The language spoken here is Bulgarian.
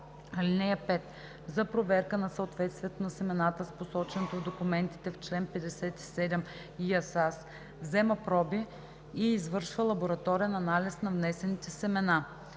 „(5) За проверка на съответствието на семената с посоченото в документите в чл. 57 ИАСАС взема проби и извършва лабораторен анализ на внесените семена.“